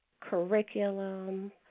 curriculum